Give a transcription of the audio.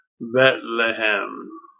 Bethlehem